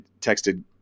texted